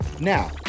Now